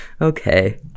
okay